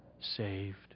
saved